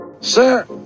Sir